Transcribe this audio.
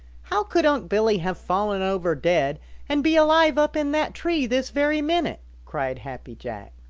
how could unc' billy have fallen over dead and be alive up in that tree this very minute? cried happy jack.